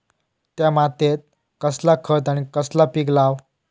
त्या मात्येत कसला खत आणि कसला पीक लाव?